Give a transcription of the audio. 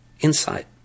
insight